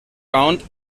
round